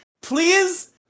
please